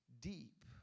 deep